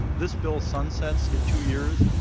this bill sunsets and two years.